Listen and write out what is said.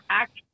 act